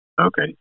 Okay